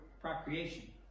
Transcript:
procreation